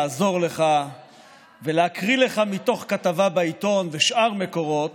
לעזור לך ולהקריא לך מתוך כתבה בעיתון ושאר מקורות